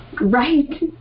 Right